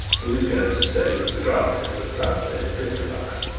who is going to stay with the grantlys, at plumstead episcopi.